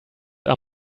are